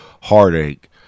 heartache